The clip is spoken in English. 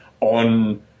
on